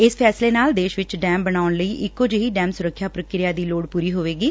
ਇਸ ਫੈਸਲੇ ਨਾਲ ਦੇਸ਼ ਵਿਚ ਡੈਮ ਬਣਾਉਣ ਲਈ ਇਕੋ ਜਿਹੀ ਡੈਮ ਸੁਰੱਖਿਆ ਪ੍ਰੀਕਿਰਿਆ ਦੀ ਲੋੜ ਪੁਰੀ ਹੋਵੇਗੀ